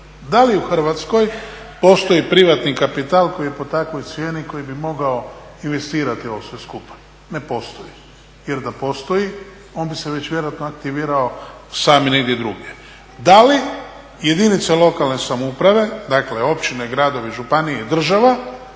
Da li u Hrvatskoj postoji privatni kapital koji je po takvoj cijeni, koji bi mogao investirati ovo sve skupa? Ne postoji. Jer da postoji on bi se već vjerojatno aktivirao sam i negdje drugdje. Da li jedinice lokalne samouprave dakle općine, gradovi, županije i država